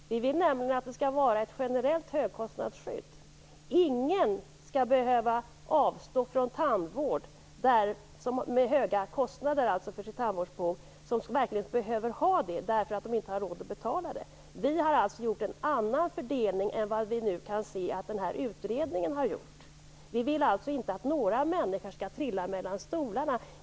Vi vill nämligen att det skall finnas ett generellt högkostnadsskydd. Ingen med höga kostnader för sin tandvård skall behöva avstå från den därför att de inte har råd att betala den. Vi har alltså gjort en annan fördelning än vad den här utredningen har gjort. Vi vill inte att några människor skall trilla mellan stolarna.